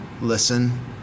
listen